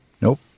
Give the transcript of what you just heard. nope